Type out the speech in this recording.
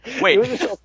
Wait